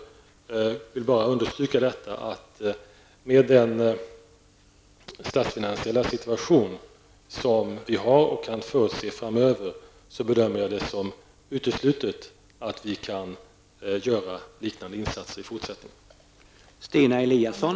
Jag vill bara understryka att jag med den statsfinansiella situation vi har och kan förutse framöver bedömer det som uteslutet att vi kan göra liknande insatser i fortsättningen.